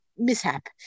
mishap